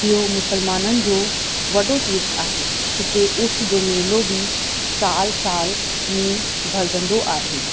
उहो मुस्लमाननि जो वॾो तीर्थ आहे हिते उर्स जो मेलो बि सालु साल में भरिजंदो आहे